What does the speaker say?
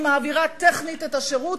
היא מעבירה טכנית את השירות,